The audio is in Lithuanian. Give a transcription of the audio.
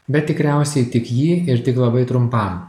bet tikriausiai tik jį ir tik labai trumpam